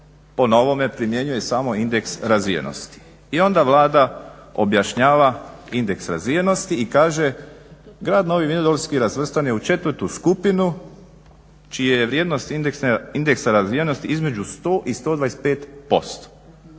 po novome primjenjuje samo indeks razvijenosti. I onda Vlada objašnjava indeks razvijenosti i kaže Grad Novi vinodolski razvrstan je u 4. skupinu čija je vrijednost indeksa razvijenosti između 100 i 125%.